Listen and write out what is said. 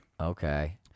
Okay